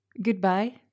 Goodbye